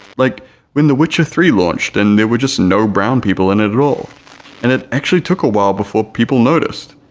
like when the witcher three launched and there were just no brown people in it at all and it actually took a while before people noticed,